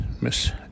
miss